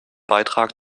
beitrag